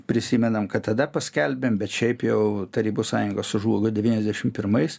prisimenam kad tada paskelbėm bet šiaip jau tarybų sąjunga sužlugo devyniasdešim pirmais